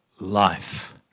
life